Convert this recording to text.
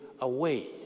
away